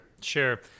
sure